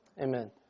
Amen